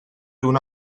una